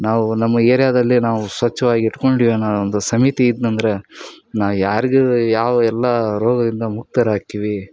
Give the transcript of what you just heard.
ನಾವು ನಮ್ಮ ಏರಿಯಾದಲ್ಲಿ ನಾವು ಸ್ವಚ್ಛವಾಗಿ ಇಟ್ಟುಕೊಂಡೀವಿ ಅನ್ನೋದೊಂದು ಸಮಿತಿ ಇದ್ನಂದ್ರೆ ನಾವು ಯಾರಿಗೂ ಯಾವ ಎಲ್ಲ ರೋಗದಿಂದ ಮುಕ್ತರಾಕ್ತೀವಿ